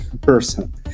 person